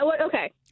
Okay